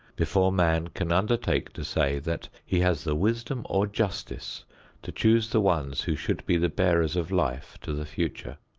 before man can undertake to say that he has the wisdom or justice to choose the ones who should be the bearers of life to the future.